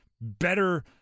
better